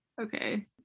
Okay